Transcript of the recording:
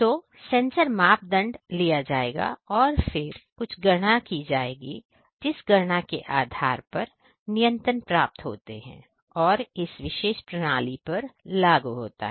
तो सेंसर मापदंड लिया जाएगा और फिर कुछ गणना की जाती है और गणना के आधार पर कुछ नियंत्रण प्राप्त होते हैं जो इस विशेष प्रणाली पर भी लागू होता है